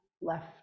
left